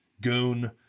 goon